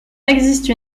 existe